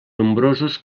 nombrosos